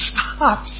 Stop